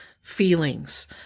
feelings